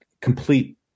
complete